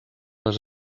les